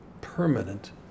permanent